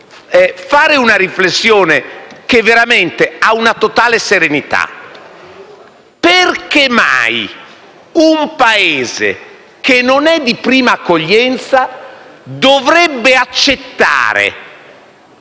fare una riflessione, veramente in una totale serenità: perché mai un Paese, che non è di prima accoglienza, dovrebbe accettare